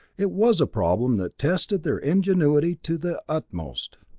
it was a problem that tested their ingenuity to the utmost.